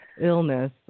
illness